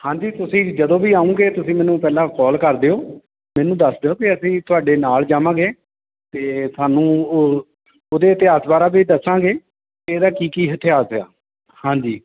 ਹਾਂਜੀ ਤੁਸੀਂ ਜਦੋਂ ਵੀ ਆਉਂਗੇ ਤੁਸੀਂ ਮੈਨੂੰ ਪਹਿਲਾਂ ਕੋਲ ਕਰ ਦਿਓ ਮੈਨੂੰ ਦੱਸ ਦਿਓ ਵੀ ਅਸੀਂ ਤੁਹਾਡੇ ਨਾਲ ਜਾਵਾਂਗੇ ਅਤੇ ਤੁਹਾਨੂੰ ਉਹ ਉਹਦੇ ਇਤਿਹਾਸ ਦੁਆਰਾ ਵੀ ਦੱਸਾਂਗੇ ਇਹਦਾ ਕੀ ਕੀ ਇਤਿਹਾਸ ਆ ਹਾਂਜੀ